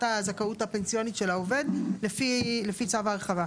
הזכאות הפנסיונית של העובד לפי צו ההרחבה.